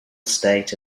state